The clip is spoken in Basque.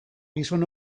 gizon